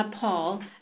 Paul